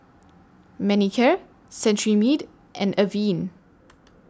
Manicare Cetrimide and Avene